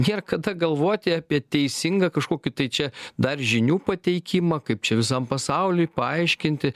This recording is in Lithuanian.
nėr kada galvoti apie teisingą kažkokį tai čia dar žinių pateikimą kaip čia visam pasauliui paaiškinti